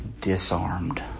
disarmed